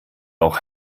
auch